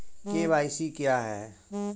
KYC क्या है?